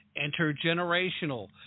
intergenerational